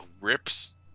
rips